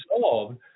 solved